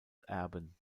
erben